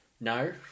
No